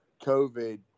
covid